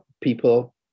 people